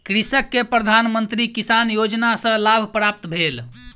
कृषक के प्रधान मंत्री किसान योजना सॅ लाभ प्राप्त भेल